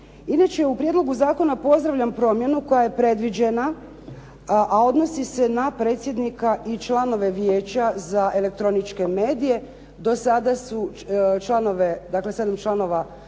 Inače, u prijedlogu zakona pozdravljam promjenu koja je predviđena a odnosi se na predsjednika i članove Vijeća za elektroničke medije. Do sada je članove, dakle sedam članova